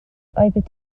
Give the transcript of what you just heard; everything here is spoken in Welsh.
oeddet